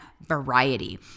variety